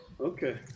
Okay